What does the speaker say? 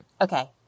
Okay